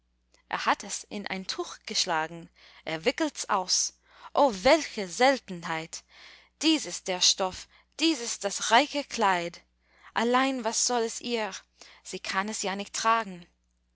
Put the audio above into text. er hat es in ein tuch geschlagen er wickelts aus o welche seltenheit dies ist der stoff dies ist das reiche kleid allein was soll es ihr sie kann es ja nicht tragen